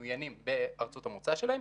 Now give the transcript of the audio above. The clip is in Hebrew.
ממוינים בארצות המוצא שלהם,